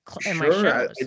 Sure